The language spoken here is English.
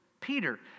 Peter